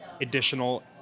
additional